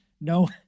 no